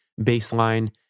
baseline